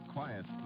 Quiet